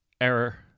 Error